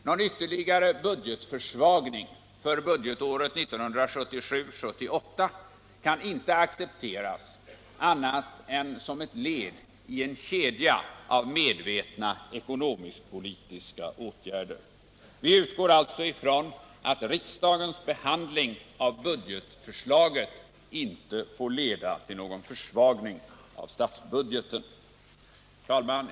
Någon ytterligare budgetförsvagning för budgetåret 1977/78 kan inte accepteras annat än som ett led i en kedja av medvetna ekonomisk-politiska åtgärder. Vi utgår alltså ifrån att riksdagens behandling av budgetförslaget inte leder till någon försvagning av statsbudgeten. Herr talman!